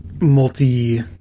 multi